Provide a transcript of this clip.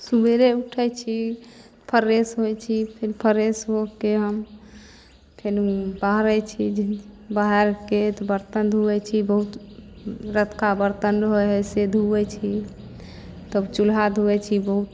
सबेरे उठै छी फ्रेश होइ छी फिन फ्रेश हो के हम फेनु बहारै छी बहारके तऽ बर्तन धुयै छी बहुत रतुका बर्तन रहै है से धुयै छी तब चुल्हा धुयै छी बहुत